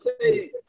say